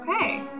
Okay